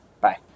Bye